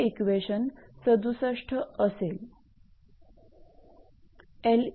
हे इक्वेशन 67 असेल